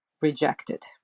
rejected